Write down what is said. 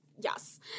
yes